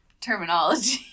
terminology